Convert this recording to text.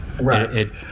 Right